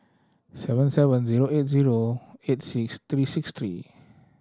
seven seven zero eight zero eight six thirty six three